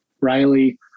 Riley